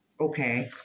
Okay